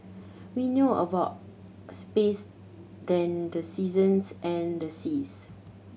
we know about space than the seasons and the seas